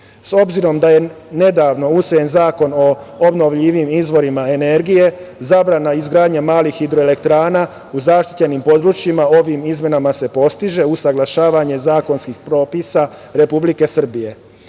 područja. Obzirom da je nedavno usvojen Zakon o obnovljivim izvorima energije, zabrana izgradnje malih hidroelektrana u zaštićenim područjima ovim izmenama se postiže usaglašavanje zakonskih propisa Republike